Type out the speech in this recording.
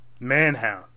Manhound